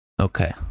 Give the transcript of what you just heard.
okay